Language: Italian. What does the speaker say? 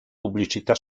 pubblicità